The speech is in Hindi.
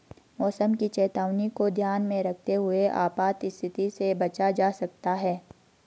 मौसम की चेतावनी को ध्यान में रखते हुए आपात स्थिति से बचा जा सकता है